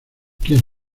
quién